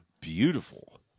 beautiful